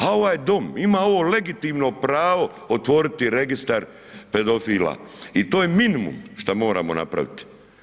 A ovaj dom ima ovo legitimno pravo otvoriti registar pedofila i to je minimum što moramo napraviti.